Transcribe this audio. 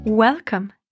Welcome